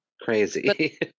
Crazy